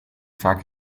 vaak